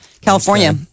California